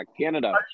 Canada